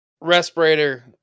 respirator